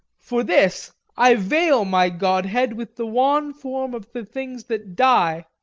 for this i veil my godhead with the wan form of the things that die,